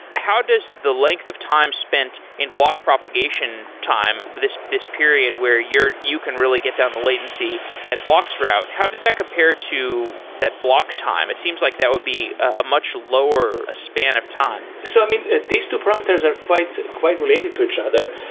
how does the length of time spent in block propagation time, this this period where you can really get down the latency at bloxroute. how does that compare to that block time? it seems like that would be a much lower ah span of time so i mean, these two parameters are quite quite related to each other.